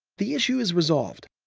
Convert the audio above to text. the issue is resolved.